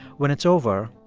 when it's over,